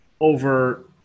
over